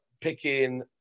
picking